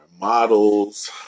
models